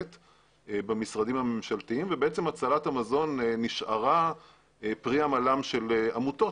במשרדים הממשלתיים ובעצם הצלת המזון נשארה פרי עמלן של עמותות.